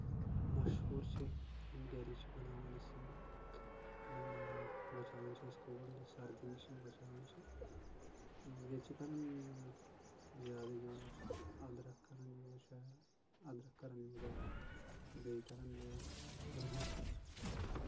مشہوٗر چھِ یِم گرِ چھِ بَناوان ٲسۍ یِم یِم بَچاوان اَسہِ کولڈ سردی نِش یِم بَچاوان چھِ ییٚتہِ چھِ کران زیادٕ یوٗز أدرکھ کران یوٗز أدرکھ کران یوٗز آ بیٚیہِ کران یہِ رُہن